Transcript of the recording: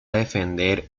defender